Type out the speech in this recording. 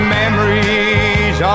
memories